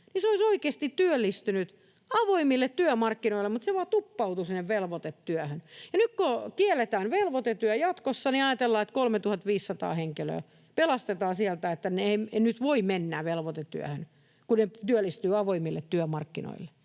olisi oikeasti työllistynyt avoimille työmarkkinoille mutta vain tuppautui sinne velvoitetyöhön. Nyt kun kielletään velvoitetyö jatkossa, niin ajatellaan, että 3 500 henkilöä pelastetaan sieltä, että he eivät nyt voi mennä velvoitetyöhön, kun he työllistyvät avoimille työmarkkinoille.